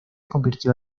convirtió